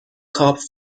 cup